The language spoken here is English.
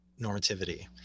normativity